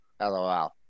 LOL